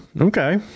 Okay